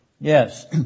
Yes